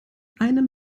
einem